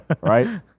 right